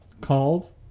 called